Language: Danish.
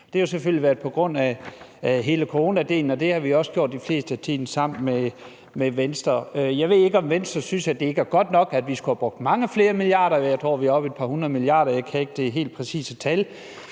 Det har jo selvfølgelig været på grund af hele coronadelen, og det har vi også det meste af tiden gjort sammen med Venstre. Jeg ved ikke, om Venstre ikke synes, at det er godt nok, og at vi skulle have brugt mange flere milliarder. Jeg tror, vi er oppe i et par hundrede milliarder – jeg kan ikke det helt præcise tal